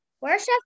Worship